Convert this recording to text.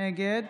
נגד